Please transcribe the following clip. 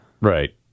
Right